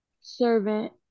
servant